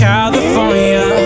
California